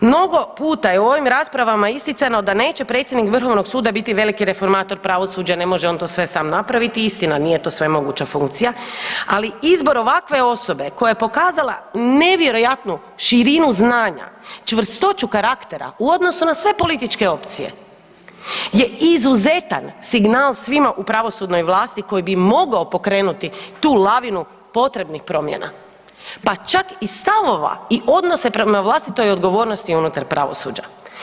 Mnogo puta je u ovim raspravama isticano da neće predsjednik VSRH biti veliki reformator pravosuđa, ne može on to sve sam napraviti, istina, nije to svemoguća funkcija, ali izbor ovakve osobe koja je pokazala nevjerojatnu širinu znanja, čvrstoću karaktera u odnosu na sve političke opcije, je izuzetan signal svima u pravosudnoj vlasti koji bi mogao pokrenuti tu lavinu potrebnih promjena, pa čak i stavova i odnose prema vlastitoj odgovornosti unutar pravosuđa.